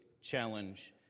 challenge